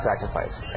sacrifice